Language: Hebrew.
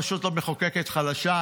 הרשות המחוקקת חלשה,